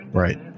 right